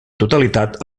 totalitat